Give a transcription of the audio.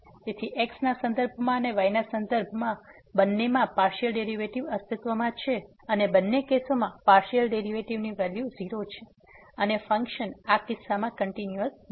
તેથી x ના સંદર્ભમાં અને y ના સંદર્ભમાં બંનેના પાર્સીઅલ ડેરીવેટીવ અસ્તિત્વમાં છે અને બંને કેસોમાં પાર્સીઅલ ડેરીવેટીવ ની વેલ્યુ 0 છે અને ફંક્શન આ કિસ્સામાં કંટીન્યુઅસ નથી